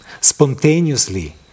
spontaneously